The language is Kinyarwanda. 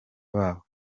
babo